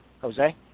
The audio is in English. Jose